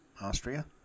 Austria